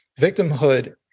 victimhood